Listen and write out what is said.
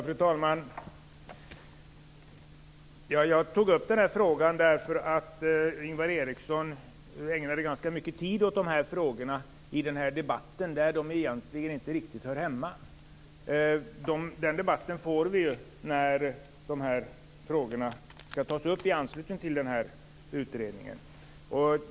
Fru talman! Jag tog upp frågan därför att Ingvar Eriksson ägnade ganska mycket tid åt sådana här frågor i den här debatten, där de egentligen inte riktigt hör hemma. Den debatten får vi när frågorna skall tas upp i anslutning till utredningen.